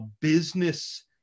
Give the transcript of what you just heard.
business